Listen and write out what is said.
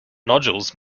nodules